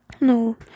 No